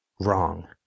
wrong